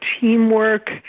teamwork